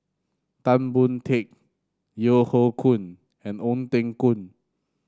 Tan Boon Teik Yeo Hoe Koon and Ong Teng Koon